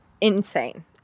insane